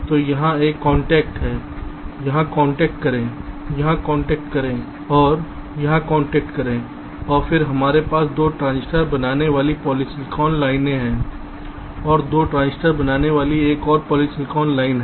तो यहां एक कांटेक्ट है यहां कांटेक्ट करें यहां कांटेक्ट करें और यहां कांटेक्ट करें फिर हमारे पास 2 ट्रांजिस्टर बनाने वाली पॉलीसिलिकॉन लाइन है और 2 ट्रांजिस्टर बनाने वाली एक और पॉलीसिलिकॉन लाइन है